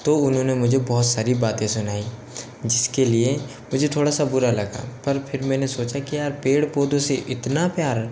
तो उन्होंने मुझे बहुत सारी बातें सुनाई जिस के लिए मुझे थोड़ा सा बुरा लगा पर फिर मैंने सोचा कि यार पेड़ पौधों से इतना प्यार